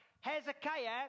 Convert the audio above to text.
Hezekiah